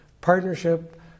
Partnership